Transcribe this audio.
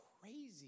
crazy